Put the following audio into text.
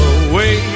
away